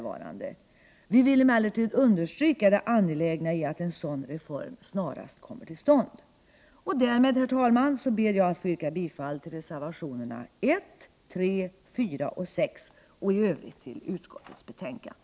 Vi vill emellertid understryka det angelägna i att en sådan reform snarast kommer till stånd. Därmed, herr talman, ber jag att få yrka bifall till reservationerna 1, 3, 4 och 6 samt i övrigt till utskottets hemställan.